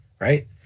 Right